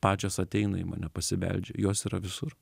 pačios ateina į mane pasibeldžia jos yra visur